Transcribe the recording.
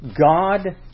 God